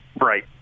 Right